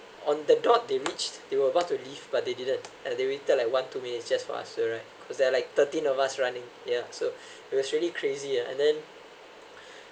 on the dot they reached they were about to leave but they didn't and they waited like one two minutes just for us alright cause there are like thirteen of us running yeah so it was really crazy ah and then